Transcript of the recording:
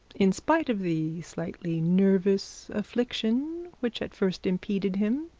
in spite of the slightly nervous affection which at first impeded him,